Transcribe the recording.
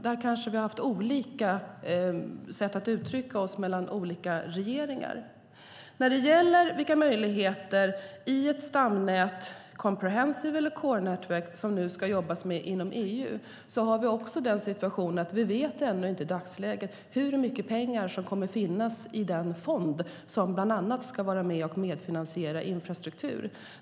Olika regeringar har kanske haft olika sätt att uttrycka sig. När det gäller vad man ska jobba med inom EU i ett stamnät, comprehensive eller core network, vet vi inte i dagsläget hur mycket pengar som kommer att finnas i den fond som ska medfinansiera infrastruktur.